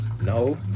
no